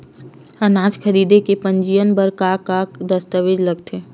अनाज खरीदे के पंजीयन बर का का दस्तावेज लगथे?